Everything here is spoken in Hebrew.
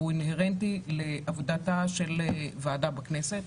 והוא אינהרנטי לעבודתה של ועדה בכנסת,